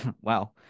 Wow